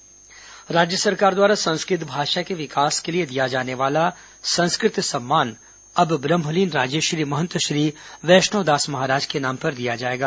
संस्कृत सम्मान राज्य सरकार द्वारा संस्कृत भाषा के विकास के लिए दिया जाने वाला संस्कृत सम्मान अब ब्रह्मलीन राजेश्री महंत श्री थैष्णव दास महाराज के नाम पर दिया जाएगा